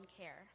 care